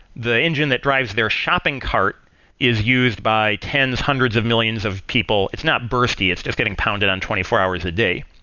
the engine that drives their shopping cart is used by tens, hundreds of millions of people. it's not bursty. it's just getting pounded on twenty four hours a day.